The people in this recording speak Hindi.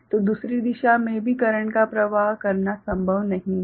तो दूसरी दिशा में भी करंट का प्रवाह करना संभव नहीं है